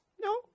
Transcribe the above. No